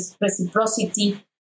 reciprocity